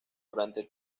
durante